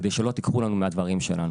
כדי שלא תיקחו לנו מהדברים שלנו.